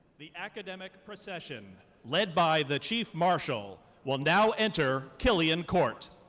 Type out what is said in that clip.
the academic procession, led by the chief marshal, will now enter killian court.